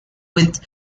with